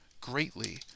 greatly